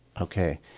Okay